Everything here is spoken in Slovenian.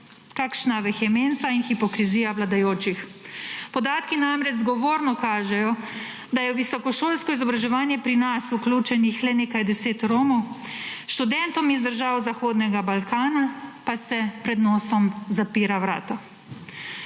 Kakšna vehemenca in hipokrizija vladajočih! Podatki namreč zgovorno kažejo, da je v visokošolsko izobraževanje pri nas vključenih le nekaj deset Romov, študentom iz držav Zahodnega Balkana pa se pred nosom zapira vrata.